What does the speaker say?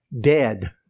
dead